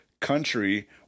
country